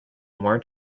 more